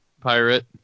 pirate